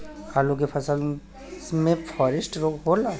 आलू के फसल मे फारेस्ट रोग होला?